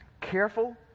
careful